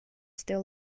still